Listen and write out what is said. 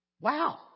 Wow